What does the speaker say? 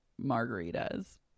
margaritas